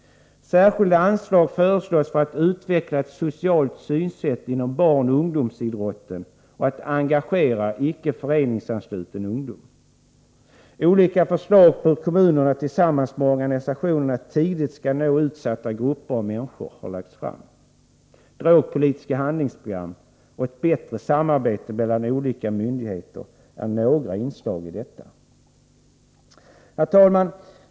Särskilda anslag föreslås för att utveckla ett socialt synsätt inom barnoch ungdomsidrotten och att engagera icke föreningsansluten ungdom. Olika förslag på hur kommunerna tillsammans med organisationerna tidigt skall kunna nå utsatta grupper och enskilda människor har lagts fram. Drogpolitiska handlingsprogram och ett bättre samarbete mellan olika myndigheter är några inslag i detta. Herr talman!